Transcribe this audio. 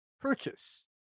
purchase